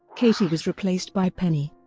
katie was replaced by penny.